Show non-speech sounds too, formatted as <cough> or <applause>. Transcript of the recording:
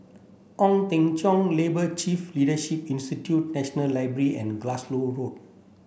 Ong Teng Cheong Labour <unintelligible> Leadership Institute National Library and Glasgow <unintelligible>